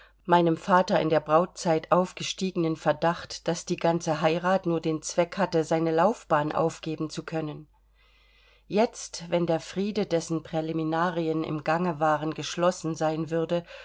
meinem vater in der brautzeit aufgestiegenen verdacht daß die ganze heirat nur den zweck hatte seine laufbahn aufgeben zu können jetzt wenn der friede dessen präliminarien im gange waren geschlossen sein würde